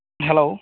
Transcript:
hello